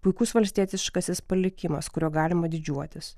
puikus valstietiškasis palikimas kuriuo galima didžiuotis